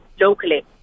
locally